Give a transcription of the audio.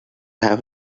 have